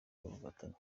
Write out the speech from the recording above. ubufatanye